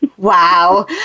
Wow